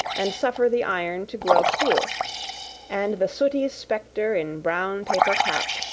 and suffer the iron to grow cool and the sooty spectre in brown paper cap,